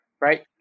right